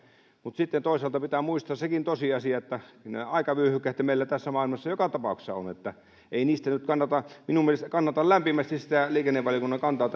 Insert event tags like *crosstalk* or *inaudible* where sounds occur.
mutta toisaalta pitää muistaa sekin tosiasia että aikavyöhykkeethän meillä tässä maailmassa joka tapauksessa on eli ei niistä nyt kannata minun mielestäni kannatan lämpimästi sitä liikennevaliokunnan kantaa *unintelligible*